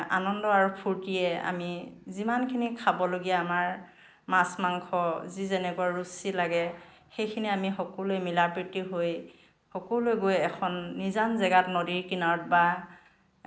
আনন্দ আৰু ফূৰ্তিৰে আমি যিমানখিনি খাবলগীয়া আমাৰ মাছ মাংস যি যেনেকুৱা ৰুচি লাগে সেইখিনি আমি সকলোৱে মিলা প্ৰীতি হৈ সকলোৱে গৈ এখন নিজান জেগাত নদীৰ কিনাৰত বা